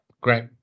great